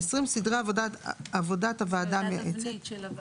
20. סדרי עבודת הוועדה המייעצת.